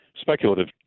speculative